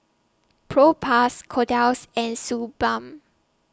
Propass Kordel's and Suu Balm